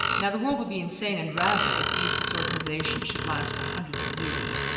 now, the world would be insane and rabid, if these disorganizations should last for hundreds of years.